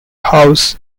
house